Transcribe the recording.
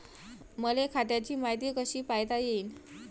मले खात्याची मायती कशी पायता येईन?